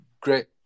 great